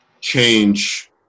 change